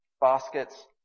baskets